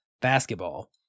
basketball